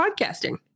podcasting